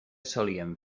solien